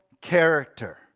character